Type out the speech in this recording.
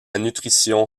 nutrition